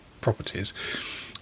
properties